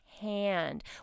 hand